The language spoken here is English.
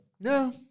no